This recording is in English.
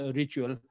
ritual